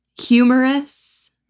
humorous